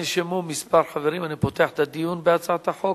נרשמו כמה חברים ואני פותח את הדיון בהצעת החוק.